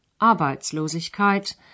Arbeitslosigkeit